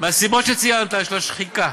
מהסיבות שציינת, של השחיקה.